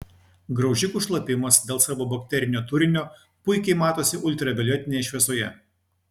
graužikų šlapimas dėl savo bakterinio turinio puikiai matosi ultravioletinėje šviesoje